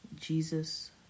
Jesus